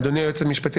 אדוני היועץ המשפטי,